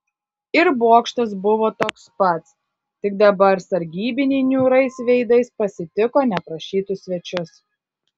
ir bokštas buvo toks pats tik dabar sargybiniai niūriais veidais pasitiko neprašytus svečius